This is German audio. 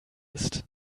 ist